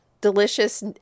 delicious